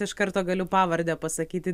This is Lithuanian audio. iš karto galiu pavardę pasakyti